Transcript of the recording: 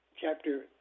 chapter